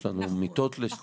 יש לנו מיטות מיוחדות לשטיפה.